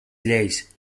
lleis